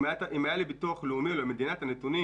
אם היו לביטוח לאומי ולמדינה את הנתונים